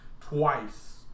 twice